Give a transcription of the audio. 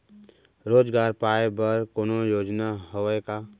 रोजगार पाए बर कोनो योजना हवय का?